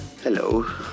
Hello